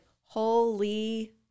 holy